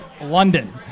London